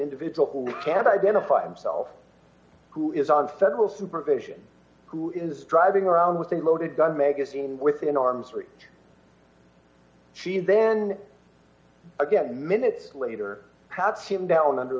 individual who can identify himself who is on federal supervision who is driving around with a loaded gun magazine within arm's reach she then again minutes later pats him down under